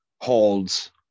holds